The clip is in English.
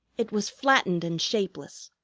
it was flattened and shapeless,